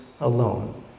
alone